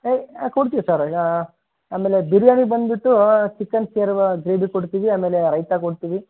ಹೇ ಕೊಡ್ತೀವಿ ಸರ್ ಆಮೇಲೆ ಬಿರ್ಯಾನಿ ಬಂದುಬಿಟ್ಟು ಚಿಕನ್ ಶೆರ್ವ ಗ್ರೇವಿ ಕೊಡ್ತೀವಿ ಆಮೇಲೆ ರೈತಾ ಕೊಡ್ತೀವಿ